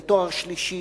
ותואר שלישי,